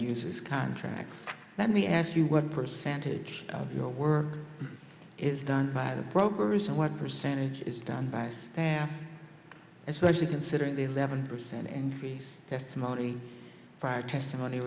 uses contracts let me ask you what percentage of your work is done by the brokers and what percentage is done by staff especially considering the eleven percent increase testimony for testimony